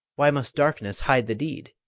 why must darkness hide the deed?